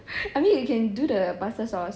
I mean you can do the pasta sauce